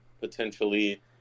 potentially